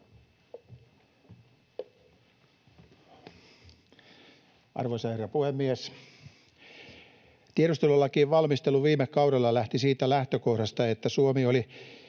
Arvoisa herra puhemies! Tiedustelulakien valmistelu viime kaudella lähti siitä lähtökohdasta, että Suomi oli